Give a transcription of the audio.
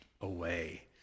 away